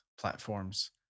platforms